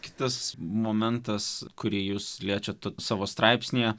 kitas momentas kurį jūs liečiate savo straipsnyje